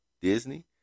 Disney